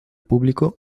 público